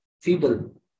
feeble